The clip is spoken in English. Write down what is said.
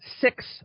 six